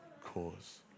cause